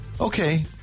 Okay